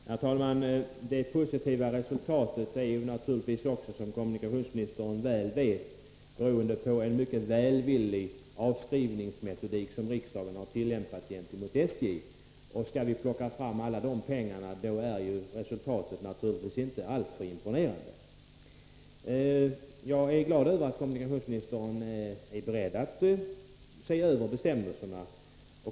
Herr talman! Det positiva resultatet är naturligtvis, som kommunikationsministern väl vet, också beroende av en mycket välvillig avskrivningsmetodik som riksdagen har tillämpat gentemot SJ, och skall vi plocka fram alla de pengarna blir resultatet inte alltför imponerande. Jag är glad över att kommunikationsministern är beredd att se över bestämmelserna.